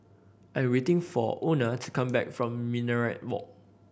I'm waiting for Ona to come back from Minaret Walk